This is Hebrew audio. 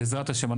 בעזרת השם,